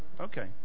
okay